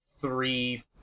three